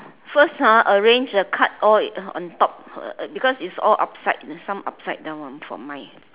first ah arrange the cards all on top because it's all upside some upside down for mine